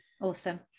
awesome